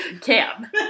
Cam